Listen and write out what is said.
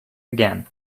again